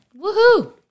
Woohoo